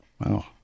Wow